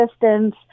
distance